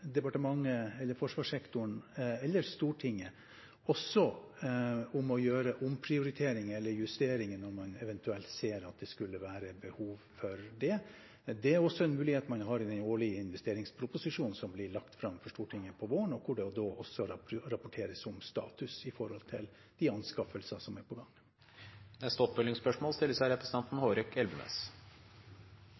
departementet, forsvarssektoren eller Stortinget fra også å gjøre omprioriteringer eller justeringer når man eventuelt ser at det skulle være behov for det. Det er også en mulighet man har i den årlige investeringsproposisjonen, som blir lagt fram for Stortinget på våren, og hvor det også rapporteres om status for de anskaffelser som er på gang. Det åpnes for oppfølgingsspørsmål